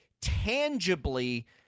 tangibly